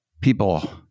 People